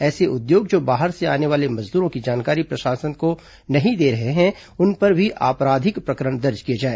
ऐसे उद्योग जो बाहर से आने वाले मजदूरों की जानकारी प्रशासन को नहीं दे रहे हैं उन पर भी आपराधिक प्रकरण दर्ज किए जाए